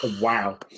Wow